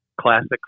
classic